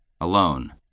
alone